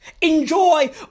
Enjoy